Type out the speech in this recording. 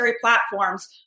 platforms